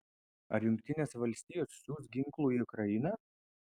ar jungtinės valstijos siųs ginklų į ukrainą